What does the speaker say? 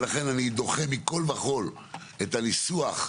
ולכן אני דוחה מכל וכל את הניסוח.